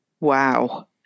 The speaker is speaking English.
Wow